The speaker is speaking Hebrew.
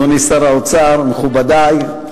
הצעת חוק המקרקעין (תיקון,